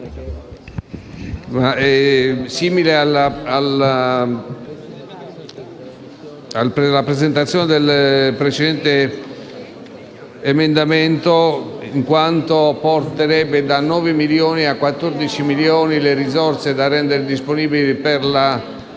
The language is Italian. è simile al precedente emendamento, in quanto porterebbe da 9 milioni a 14 milioni le risorse da rendere disponibili per la